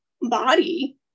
body